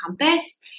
compass